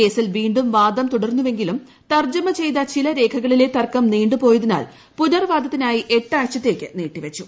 കേസിൽ വീ ും വാദം തുടർന്നുവെങ്കിലും തർജ്ജമ ചെയ്ത ചില രേഖകളിലെ തർക്കം നീ ു പോയതിനാൽ പുനർ വാദത്തിനായി എട്ടാഴ്ചത്തേക്ക് നീട്ടി വച്ചു